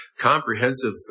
comprehensive